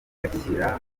bagashyira